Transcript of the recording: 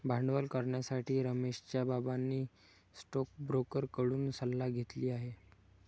भांडवल करण्यासाठी रमेशच्या बाबांनी स्टोकब्रोकर कडून सल्ला घेतली आहे